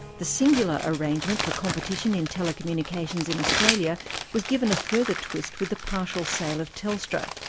the singular arrangement for competition in telecommunications in australia was given a further twist with the partial sale of telstra.